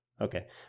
Okay